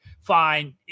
fine